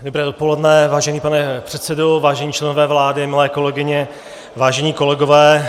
Dobré dopoledne, vážený pane předsedo, vážení členové vlády, milé kolegyně, vážení kolegové.